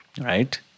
right